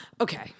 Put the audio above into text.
Okay